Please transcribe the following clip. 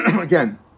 Again